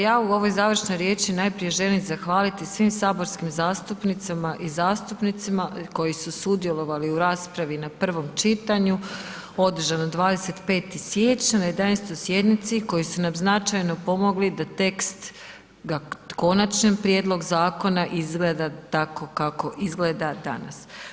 Ja u ovoj završnoj riječi najprije želim zahvaliti svim saborskim zastupnicama i zastupnicima koji su sudjelovali u raspravi na prvom čitanju održanog 25. siječnja na 11. sjednici koji su nam značajno pomogli da tekst konačnog prijedloga zakona izgleda tako kako izgleda danas.